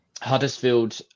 Huddersfield